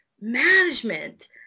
management